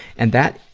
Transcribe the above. and that,